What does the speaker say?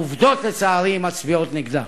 העובדות, לצערי, מצביעות נגדה.